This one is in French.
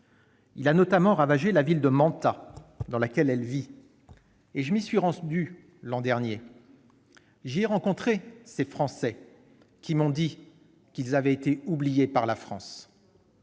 qui a notamment ravagé la ville de Manta, dans laquelle elle vit. Je me suis rendu à Manta l'an dernier. J'y ai rencontré ces Français, qui m'ont dit qu'ils avaient été oubliés par notre